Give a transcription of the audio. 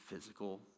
physical